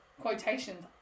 quotations